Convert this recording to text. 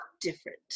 different